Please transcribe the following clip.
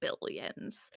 billions